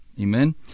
amen